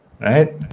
Right